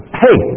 hey